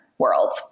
world